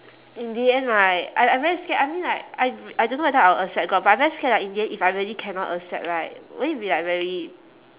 in the end right I I very scared I mean like I I don't know whether I will accept god but I very scared like in the end if I really cannot accept right will it be like very